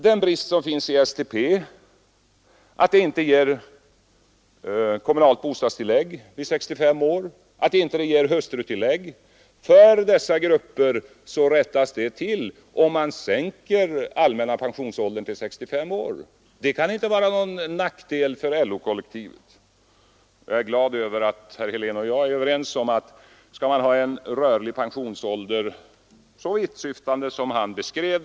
De brister som finns i STP — att det inte ger kommunalt bostadstillägg vid 65 år och att det inte ger hustrutillägg — rättas till för dessa grupper om man sänker den allmänna pensionsåldern till 65 år. Det kan inte vara någon nackdel för LO-kollektivet. Jag är glad över att herr Helén och jag är överens om att det kommer att ta betydande tid innan man kan införa en rörlig pensionsålder, så vittsyftande som den han beskrev.